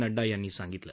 नड्डा यांनी सांगितलं